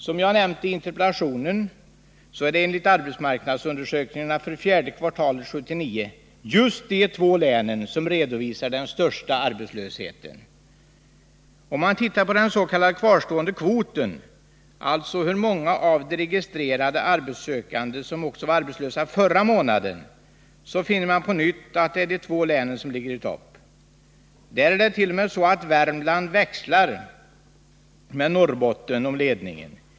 Som jag nämnt i interpellationen är det enligt arbetsmarknadsundersökningarna för fjärde kvartalet 1979 just de två länen söm redovisar den största arbetslösheten. Om man tittar på den s.k. kvarstående kvoten, alltså den andel av de registrerade arbetssökande som var arbetslösa även förra månaden, finner man också att det är dessa två län som ligger i topp. Där är det t.o.m. så att Värmland turas om med Norrbotten att ha ledningen.